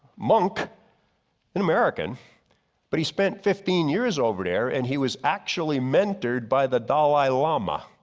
monk an american but he spent fifteen years over there and he was actually mentored by the dalai lama.